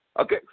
Okay